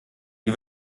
sie